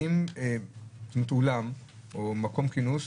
זאת אומרת אולם או מקום כינוס,